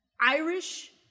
Irish